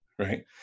right